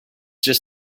just